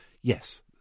Yes